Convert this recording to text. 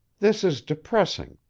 this is depressing,